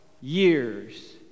years